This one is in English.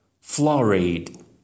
Florid